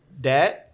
Dad